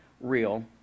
real